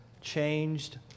changed